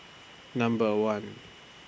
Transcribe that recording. Number one